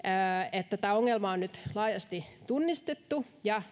että tämä ongelma on nyt laajasti tunnistettu ja